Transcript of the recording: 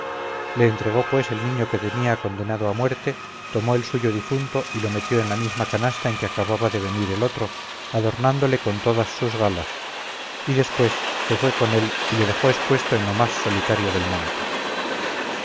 le entregó pues el niño que tenía condenado a muerte tomó el suyo difunto y lo metió en la misma canasta en que acababa de venir el otro adornándole con todas sus galas y después se fue con él y le dejó expuesto en lo más solitario del monte